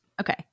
Okay